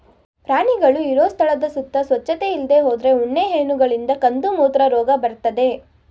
ಪ್ರಾಣಿಗಳು ಇರೋ ಸ್ಥಳದ ಸುತ್ತ ಸ್ವಚ್ಚತೆ ಇಲ್ದೇ ಹೋದ್ರೆ ಉಣ್ಣೆ ಹೇನುಗಳಿಂದ ಕಂದುಮೂತ್ರ ರೋಗ ಬರ್ತದೆ